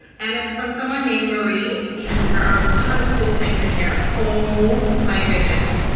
and it's from someone named marie. and there are a lot of cool things in here. ohh. my goodness.